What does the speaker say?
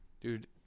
Dude